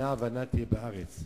נע ונד תהיה בארץ",